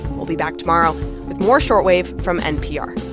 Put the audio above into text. we'll be back tomorrow with more short wave from npr